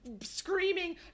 screaming